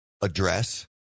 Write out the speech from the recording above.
address